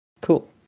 Cool